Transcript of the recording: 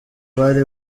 bari